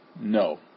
No